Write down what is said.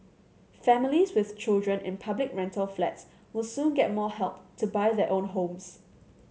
families with children in public rental flats will soon get more help to buy their own homes